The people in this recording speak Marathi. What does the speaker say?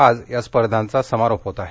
आज या स्पर्धाचा समारोप होत आहे